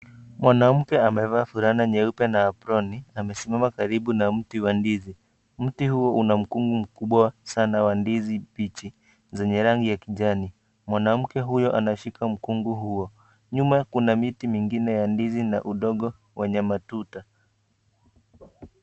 Mwanamke amevaa fulana nyeupe na abloni amesimama karibu na mti wa ndizi, mti huo una mkungu mkubwa sana wa ndizi mbichi zenye rangi ya kijani, mwanamke huyo anashika mkungu huo, nyuma kuna miti mingine ya ndizi na udogo wenye matuta.